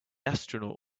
astronaut